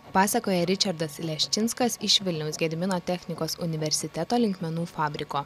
pasakoja ričardas leščinskas iš vilniaus gedimino technikos universiteto linkmenų fabriko